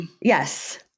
Yes